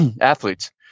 athletes